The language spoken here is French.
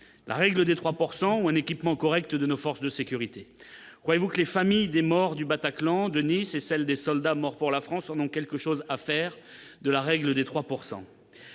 pourcent ou ou un équipement correcte de nos forces de sécurité, croyez-vous que les familles des morts du Bataclan Denis et celle des soldats morts pour la France en ont quelque chose à faire de la règle des 3